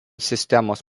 sistemos